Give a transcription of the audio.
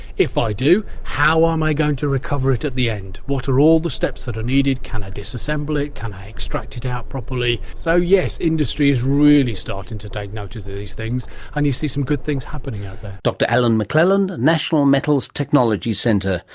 if i do, how am um i going to recover it at the end? what are all the steps that are needed? can i disassemble it? can i extract it out properly? so yes, industry is really starting to take notice of these things and you see some good things happening out there. dr alan mclelland, national metals technology centre,